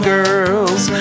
Girls